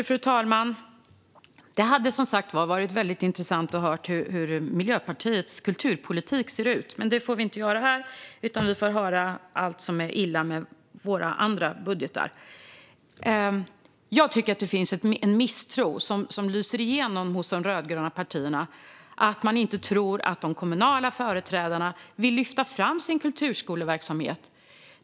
Fru talman! Det hade som sagt varit intressant att höra hur Miljöpartiets kulturpolitik ser ut. Men det får vi inte göra här, utan vi får höra allt som är dåligt med alla andra budgetar. Jag tycker att det finns en misstro som lyser igenom hos de rödgröna partierna: Man tror inte att de kommunala företrädarna vill lyfta fram sin kulturskoleverksamhet.